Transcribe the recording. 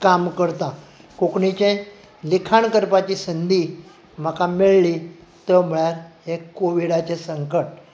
काम करतां कोंकणीचें लिखाण करपाची संदी म्हाका मेळ्ळी त्यो म्हणल्यार एक कोविडाचें संकट